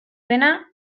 dena